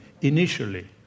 initially